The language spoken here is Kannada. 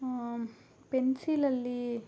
ಪೆನ್ಸಿಲಲ್ಲಿ